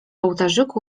ołtarzyku